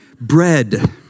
bread